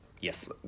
Yes